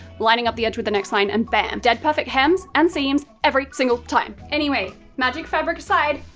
lining up the edge with the next line, and bam. dead perfect hems, and seams, every single time. anyway, magic fabric aside,